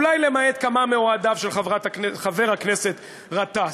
אולי למעט כמה מאוהדיו של חבר הכנסת גטאס?